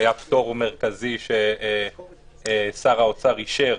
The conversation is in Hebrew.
היה פטור מרכזי ששר האוצר אישר